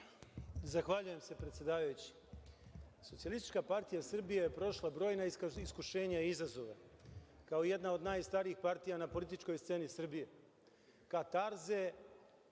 Zahvaljujem se predsedavajući. Socijalistička partija Srbije je prošla brojna iskušenja i izazove kao jedna od najstarijih partija na političkoj sceni Srbije, katarze